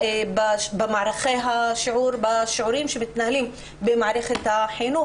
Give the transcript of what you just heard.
במערכי השיעור בשיעורים שמתנהלים במערכת החינוך?